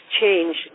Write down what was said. change